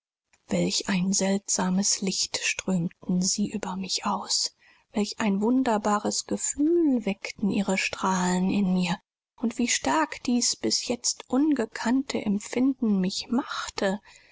welch ein seltsames licht strömten sie über mich aus welch ein wunderbares gefühl weckten ihre strahlen in mir und wie stark dies bis jetzt ungekannte empfinden mich machte